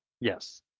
Yes